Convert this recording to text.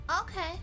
okay